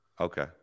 Okay